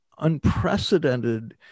unprecedented